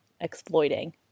exploiting